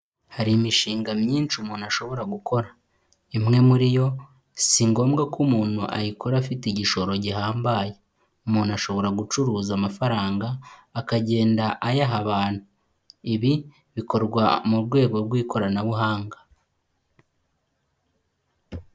Hari imishinga myinshi umuntu ashobora gukora. Imwe muri yo, si ngombwa ko umuntu ayikora afite igishoro gihambaye. Umuntu ashobora gucuruza amafaranga, akagenda ayaha abantu. Ibi bikorwa mu rwego rw'ikoranabuhanga.